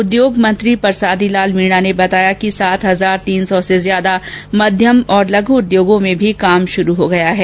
उद्योग मंत्री परसादी लाल मीना ने बताया कि सात हजार तीन सौ से ज्यादा मध्यम और लघु उद्योगों में भी काम शुरू कर दिया गया है